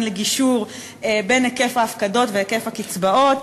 לגישור בין היקף ההפקדות והיקף הקצבאות,